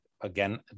again